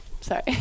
sorry